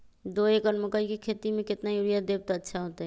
दो एकड़ मकई के खेती म केतना यूरिया देब त अच्छा होतई?